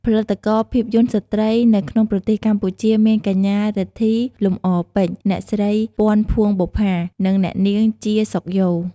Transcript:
ផលិតករភាពយន្តស្ត្រីនៅក្នុងប្រទេសកម្ពុជាមាន កញ្ញា រិទ្ធី លំអរពេជ្រ អ្នកស្រី ពាន់ ភួងបុប្ផា និងអ្នកនាង ជា សុខយ៉ូ ។